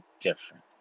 different